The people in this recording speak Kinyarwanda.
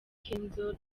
kenzo